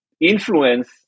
influence